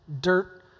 dirt